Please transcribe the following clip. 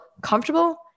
comfortable